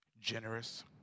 Generous